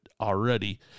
already